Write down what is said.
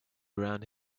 around